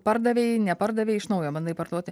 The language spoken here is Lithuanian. pardavei nepardavei iš naujo bandai parduoti